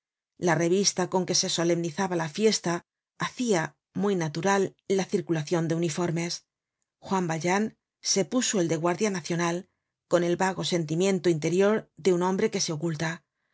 la revista con que se solemnizaba la fiesta hacia muy natural la circulacion de uniformes juan valjean se puso el de guardia nacional con el vago sentimiento interior de un hombre que se oculta